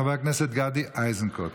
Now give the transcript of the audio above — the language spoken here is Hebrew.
חבר הכנסת גדי איזנקוט.